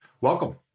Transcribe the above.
Welcome